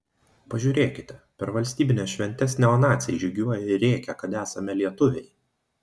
pažiūrėkite per valstybines šventes neonaciai žygiuoja ir rėkia kad esame lietuviai